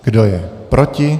Kdo je proti?